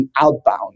outbound